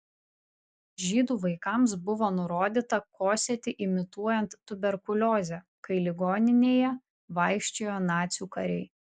žydų vaikams buvo nurodyta kosėti imituojant tuberkuliozę kai ligoninėje vaikščiojo nacių kariai